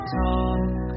talk